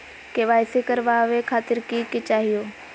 KYC करवावे खातीर कि कि चाहियो?